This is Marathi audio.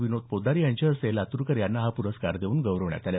विनोद पोतदार यांच्या हस्ते लातूरकर यांना हा पुरस्कार देऊन गौरवण्यात आलं